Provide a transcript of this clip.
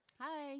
Hi